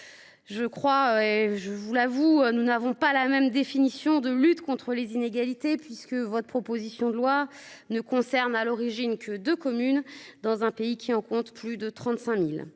Je crois et je vous l'avoue, nous n'avons pas la même définition de lutte contre les inégalités, puisque votre proposition de loi ne concerne à l'origine que de communes dans un pays qui en compte plus de 35.000,